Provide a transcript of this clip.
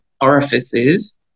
orifices